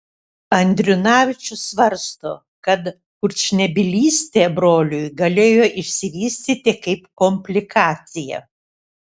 andriunavičius svarsto kad kurčnebylystė broliui galėjo išsivystyti kaip komplikacija